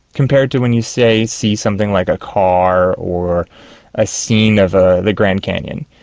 compared to when you, say, see something like a car or a scene of ah the grand canyon.